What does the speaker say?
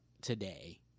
today